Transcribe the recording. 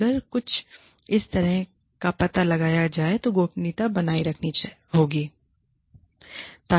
अगर कुछ इस तरह का पता लगाया जाए तो गोपनीयता बनाए रखनी होगी